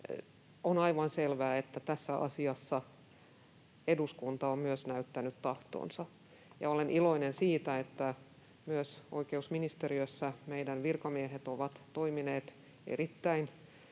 On aivan selvää, että tässä asiassa myös eduskunta on näyttänyt tahtonsa, ja olen iloinen siitä, että myös oikeusministeriössä meidän virkamiehet ovat toimineet erittäin